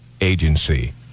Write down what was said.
agency